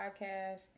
podcast